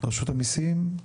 רשות המיסים?